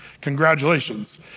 congratulations